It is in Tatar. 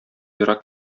ерак